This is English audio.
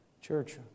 Church